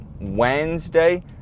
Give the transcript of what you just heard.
Wednesday